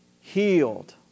healed